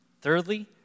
Thirdly